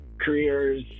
careers